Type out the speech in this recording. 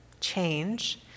change